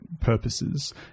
purposes